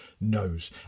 knows